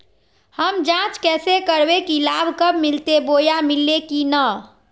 हम जांच कैसे करबे की लाभ कब मिलते बोया मिल्ले की न?